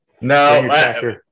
No